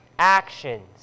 Actions